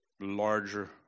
larger